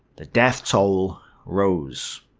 the death toll rose.